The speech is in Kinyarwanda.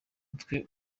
mutwe